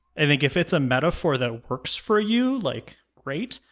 i think if it's a metaphor that works for you, like, great!